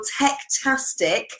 tech-tastic